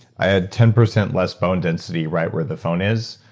i have ten percent less bone density right where the phone is,